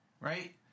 right